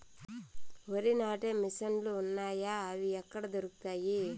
వరి నాటే మిషన్ ను లు వున్నాయా? అవి ఎక్కడ దొరుకుతాయి?